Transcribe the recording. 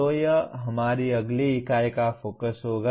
तो यह हमारी अगली इकाई का फोकस होगा